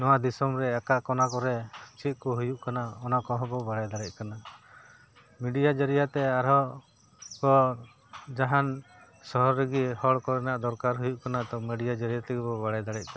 ᱱᱚᱣᱟ ᱫᱤᱥᱚᱢ ᱨᱮ ᱚᱠᱟ ᱠᱚᱱᱟ ᱠᱚᱨᱮ ᱪᱮᱫ ᱠᱚ ᱦᱩᱭᱩᱜ ᱠᱟᱱᱟ ᱚᱱᱟ ᱠᱚᱦᱚᱸ ᱵᱚ ᱵᱟᱲᱟᱭ ᱫᱟᱲᱮᱭᱟᱜ ᱠᱟᱱᱟ ᱢᱤᱰᱤᱭᱟ ᱡᱟᱹᱨᱤᱭᱟ ᱛᱮ ᱟᱨᱦᱚᱸ ᱠᱚ ᱡᱟᱦᱟᱱ ᱥᱚᱦᱚᱨ ᱨᱮᱜᱮ ᱦᱚᱲ ᱠᱚᱨᱮᱱᱟᱜ ᱫᱚᱨᱠᱟᱨ ᱦᱩᱭᱩᱜ ᱠᱟᱱᱟ ᱛᱚ ᱢᱤᱰᱤᱭᱟ ᱡᱟᱹᱨᱤᱭᱟ ᱛᱮᱜᱮ ᱵᱚ ᱵᱟᱲᱟᱭ ᱫᱟᱲᱮᱭᱟᱜ ᱠᱟᱱᱟ